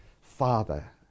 Father